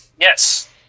Yes